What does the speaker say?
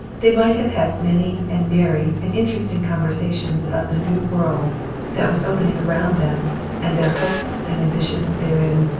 they might have had many and merry and interesting conversations about the new world that was opening around them and their hopes and ambitions therein.